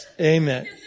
Amen